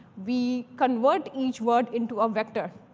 we convert each word into a vector.